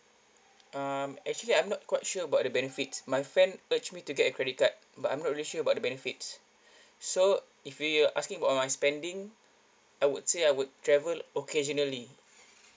um actually I'm not quite sure about the benefits my friend urge me to get a credit card but I'm not really sure about the benefits so if you asking about my spending I would say I would travel occasionally